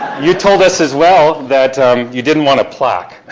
you told us, as well, that you didn't want a plaque,